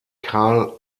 karl